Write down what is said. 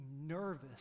nervous